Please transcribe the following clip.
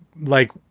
like,